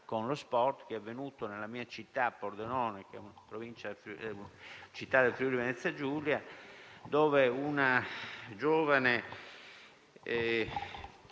con lo sport e che è avvenuto nella mia città, Pordenone, nella Regione Friuli-Venezia Giulia, dove una giovane